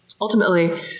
ultimately